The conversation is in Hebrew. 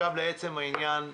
לעצם העניין,